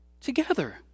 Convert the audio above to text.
together